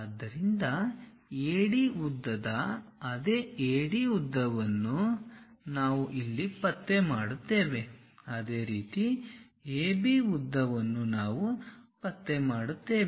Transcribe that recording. ಆದ್ದರಿಂದ AD ಉದ್ದದ ಅದೇ AD ಉದ್ದವನ್ನು ನಾವು ಇಲ್ಲಿ ಪತ್ತೆ ಮಾಡುತ್ತೇವೆ ಅದೇ ರೀತಿ AB ಉದ್ದವನ್ನು ನಾವು ಪತ್ತೆ ಮಾಡುತ್ತೇವೆ